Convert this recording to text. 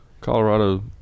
Colorado